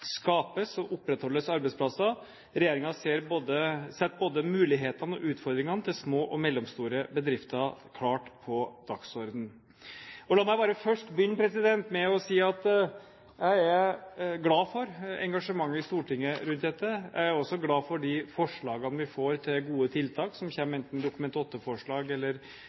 skapes og opprettholdes arbeidsplasser. Regjeringen setter både mulighetene og utfordringene til små og mellomstore bedrifter klart på dagsordenen. La meg bare begynne med å si at jeg er glad for engasjementet i Stortinget rundt dette. Jeg er også glad for de forslagene vi får til gode tiltak, som kommer enten i Dokument 8-forslag eller